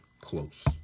close